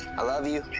i love you.